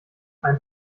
ein